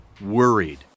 Worried